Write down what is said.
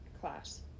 class